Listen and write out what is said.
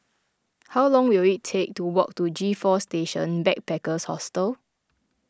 how long will it take to walk to G four Station Backpackers Hostel